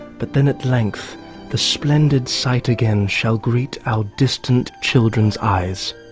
but then at length the splendid sight again shall greet our distant children's eyes.